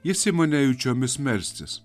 jis ima nejučiomis melstis